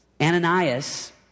Ananias